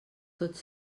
tots